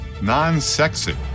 non-sexy